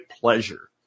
pleasure